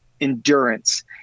endurance